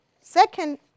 second